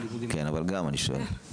אבל גם את זה אני שואל.